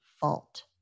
fault